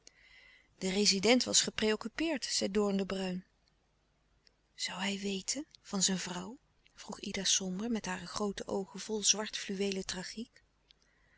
de rezident was gepreoccupeerd zei doorn de bruijn zoû hij weten van zijn vrouw vroeg ida somber met hare groote oogen vol zwart fluweelen tragiek